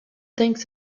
thinks